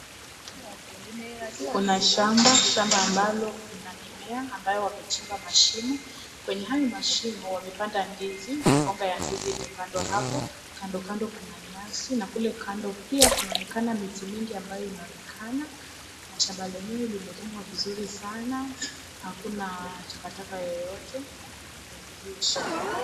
Kuna shamba. Shamba ambalo kuna mimea ambayo wamechimba mashimo. Kwenye hayo mashimo wamepanda ndizi, mikonga ya ndizi imepandwa hapo. Kandokando kuna nyasi na kule kando pia kunaonekana miti mingi ambayo inaonekana na shamba yenyewe imelimwa vizuri sana. Hakuna takataka yoyote kwenye hio shamba.